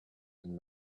and